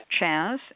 Chaz